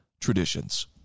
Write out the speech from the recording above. traditions